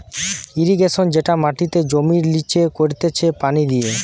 irrigation যেটা মাটিতে জমির লিচে করতিছে পানি দিয়ে